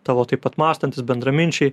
tavo taip pat mąstantys bendraminčiai